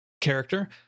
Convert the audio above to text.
character